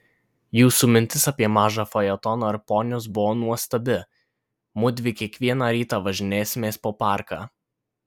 jūsų mintis apie mažą fajetoną ir ponius buvo nuostabi mudvi kiekvieną rytą važinėsimės po parką